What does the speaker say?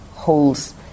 holes